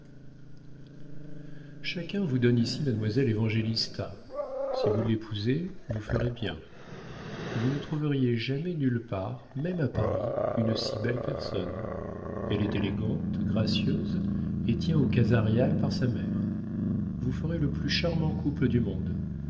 chacun vous donne ici mademoiselle évangélista si vous l'épousez vous ferez bien vous ne trouveriez jamais nulle part même à paris une si belle personne elle est élégante gracieuse et tient aux casa réal par sa mère vous ferez le plus charmant couple du monde